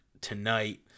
tonight